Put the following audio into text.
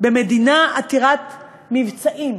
במדינה עתירת מבצעים,